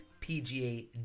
PGA